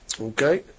Okay